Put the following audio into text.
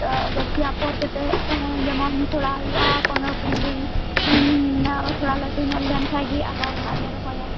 ᱛᱚ ᱜᱟᱹᱪᱷᱤ ᱟᱯᱷᱚᱨ ᱠᱟᱛᱮᱫ ᱡᱮᱢᱚᱱ ᱛᱷᱚᱲᱟ ᱦᱳᱭᱳᱜᱼᱟ ᱯᱚᱫᱽᱨᱚ ᱠᱩᱲᱤ ᱫᱤᱱ ᱟᱨ ᱚᱱᱟ ᱛᱷᱚᱲᱟ ᱞᱟᱹᱴᱩ ᱧᱚᱜ ᱞᱮᱱᱠᱷᱟᱱ ᱜᱮ ᱟᱵᱟᱨ ᱚᱱᱟ ᱞᱮ ᱨᱚᱦᱚᱭᱟ